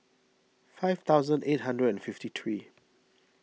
five thousand eight hundred and fifty three